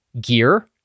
gear